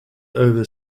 over